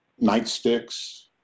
nightsticks